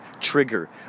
trigger